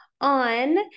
on